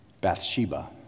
Bathsheba